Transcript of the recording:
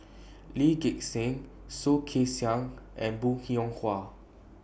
Lee Gek Seng Soh Kay Siang and Bong Hiong Hwa